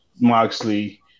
Moxley